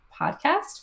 Podcast